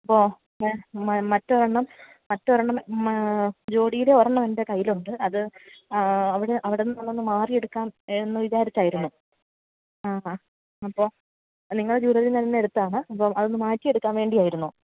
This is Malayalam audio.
അപ്പോൾ മറ്റൊരെണ്ണം മറ്റൊരെണ്ണം മാ ജോഡീടെ ഒരെണ്ണം എന്റെ കയ്യിലുണ്ട് അത് അവിടെ അവിടെന്ന് വന്നൊന്ന് മാറിയെടുക്കാം എന്ന് വിചാരിച്ചായിരുന്നു ആ അപ്പോൾ നിങ്ങളുടെ ജൂലറിന്ന് തന്നെ എടുത്താണ് അപ്പം അതൊന്ന് മാറ്റി എടുക്കാൻ വേണ്ടിയായിരുന്നു